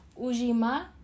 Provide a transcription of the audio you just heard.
Ujima